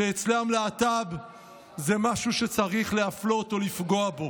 שאצלם להט"ב זה משהו שצריך להפלות או לפגוע בו.